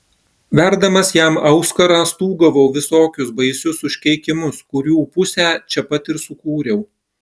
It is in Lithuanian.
verdamas jam auskarą stūgavau visokius baisius užkeikimus kurių pusę čia pat ir sukūriau